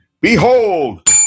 behold